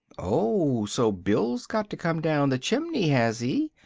oh, so bill's got to come down the chimney, has he?